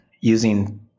using